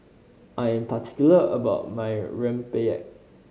I am particular about my rempeyek